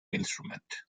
instrument